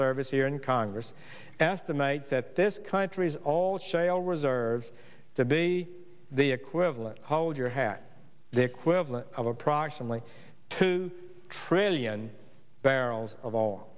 service here in congress estimates that this country's all shale reserves to be the equivalent hold your hat the equivalent of approximately two trillion barrels of all